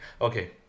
okay